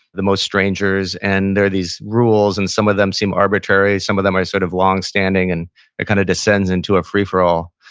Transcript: the most strangers. and there are these rules and some of them seem arbitrary, some of them are sort of long standing and it kind of descends into a free for all.